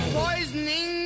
poisoning